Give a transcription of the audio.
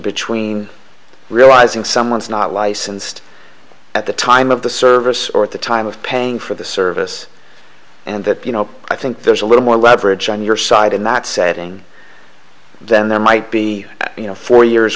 between realizing someone's not licensed at the time of the service or at the time of paying for the service and that you know i think there's a little more leverage on your side in that setting then there might be you know four years